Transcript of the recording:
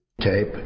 Tape